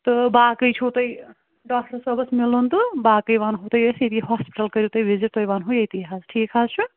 تہٕ باقٕے چھُ تۅہہِ ڈاکٹر صٲبس میلُن تہٕ باقٕے ونہو تۅہہِ أسۍ ییٚتی ہاسپِٹل کٔرِو تُہۍ وَزِٹ تۅہہِ ونہو ییٚتی حظ ٹھیٖک حظ چھُ